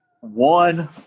one